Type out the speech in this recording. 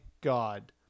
God